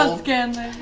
um scanlan.